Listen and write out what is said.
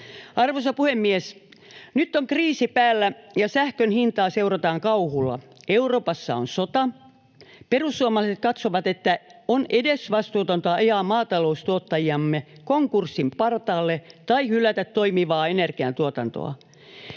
Arvoisa puhemies! Nyt on kriisi päällä ja sähkön hintaa seurataan kauhulla. Euroopassa on sota. Perussuomalaiset katsovat, että on edesvastuutonta ajaa maataloustuottajiamme konkurssin partaalle tai hylätä toimivaa energiantuotantoa.